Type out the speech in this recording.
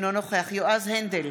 אינו נוכח יועז הנדל,